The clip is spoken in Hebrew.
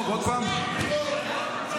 ב-1 ביולי כולם היו אמורים להתגייס.